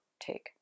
take